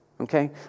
Okay